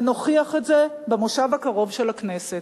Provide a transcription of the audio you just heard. ונוכיח את זה במושב הקרוב של הכנסת.